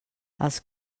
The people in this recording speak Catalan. els